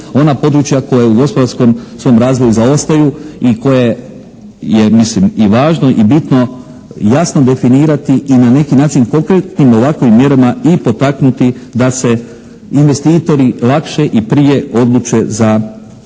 ona područja koja u gospodarskom svom razvoju zaostaju i koje je, mislim, i važno i bitno jasno definirati i na neki način konkretnim ovakovim mjerama i potaknuti da se investitori lakše i prije odluče za